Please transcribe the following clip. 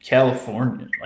California